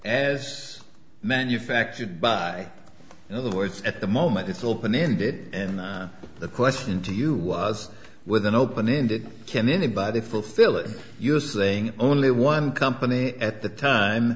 as manufactured by in other words at the moment it's open ended and the question to you was with an open ended can anybody fulfill it using only one company at the time